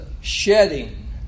shedding